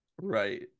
Right